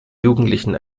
jugendlichen